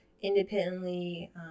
independently